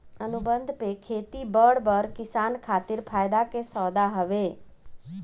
अनुबंध पे खेती बड़ बड़ किसान खातिर फायदा के सौदा हवे